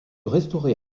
restaurée